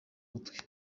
mutwe